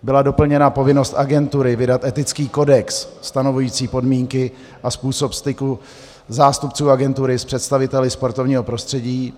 Byla doplněna povinnost agentury vydat etický kodex stanovující podmínky a způsob styku zástupců agentury s představiteli sportovního prostředí.